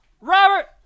Robert